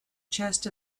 chest